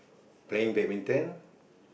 playing badminton